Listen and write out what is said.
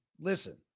listen